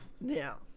Now